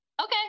Okay